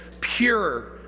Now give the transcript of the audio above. pure